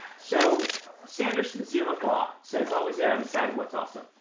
so sanderson's zeroth law says always err on the side of what's awesome.